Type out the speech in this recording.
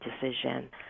decision